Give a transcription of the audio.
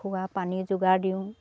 খোৱা পানী যোগাৰ দিওঁ